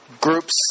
Groups